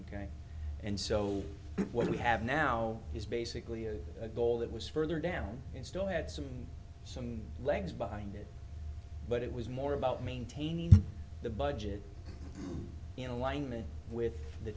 and so what we have now is basically a goal that was further down and still had some some legs behind it but it was more about maintaining the budget in alignment with the